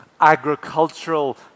agricultural